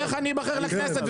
איך אני אבחר לכנסת?